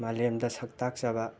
ꯃꯥꯂꯦꯝꯗ ꯁꯛꯇꯥꯛꯆꯕ